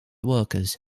workers